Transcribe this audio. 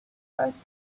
first